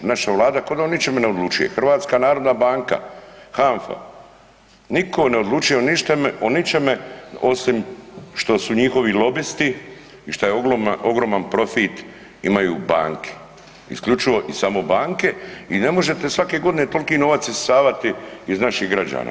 Naša Vlada ko da o ničeme ne odlučuje, HNB, HANFA, nitko ne odlučuje o ničeme osim što su njihovi lobisti i što ogroman profit imaju banke, isključivo i samo banke i ne možete svake godine tolki novac isisavati iz naših građana.